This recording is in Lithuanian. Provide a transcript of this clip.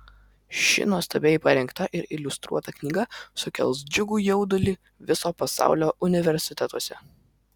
ši nuostabiai parengta ir iliustruota knyga sukels džiugų jaudulį viso pasaulio universitetuose